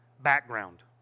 background